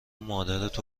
مادرتو